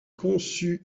conçu